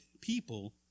people